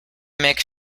make